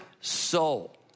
soul